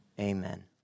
Amen